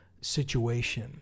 situation